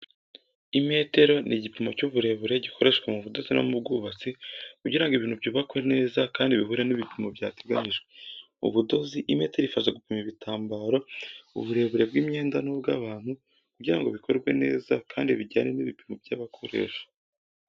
Imetero ni igipimo cy’uburebure gikoreshwa mu budozi no mu bwubatsi kugira ngo ibintu byubakwe neza kandi bihure n’ibipimo byateganyijwe. Mu budozi, imetero ifasha gupima ibitambaro, uburebure bw’imyenda n’ubw'abantu, kugira ngo bikorwe neza kandi bijyane n’ibipimo by’abakoresha.